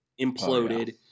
imploded